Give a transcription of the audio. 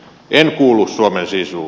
en kuulu suomen sisuun